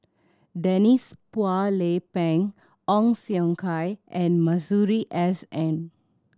Denise Phua Lay Peng Ong Siong Kai and Masuri S N